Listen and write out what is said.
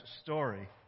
story